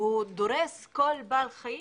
והוא דורס כל בעל חיים,